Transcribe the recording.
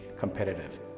competitive